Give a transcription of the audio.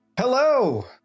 Hello